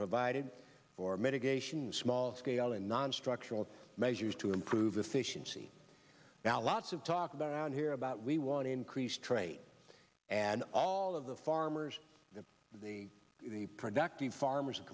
provided for mitigation small scale and non struck measures to improve efficiency now lots of talk about around here about we want to increase trade and all of the farmers in the reproductive farmers